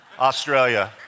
Australia